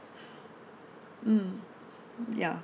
mm ya